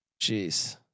Jeez